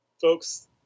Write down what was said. folks